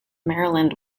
maryland